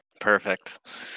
Perfect